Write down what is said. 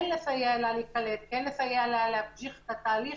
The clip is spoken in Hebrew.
כן לסייע לה להיקלט, כן לסייע לה להמשיך את התהליך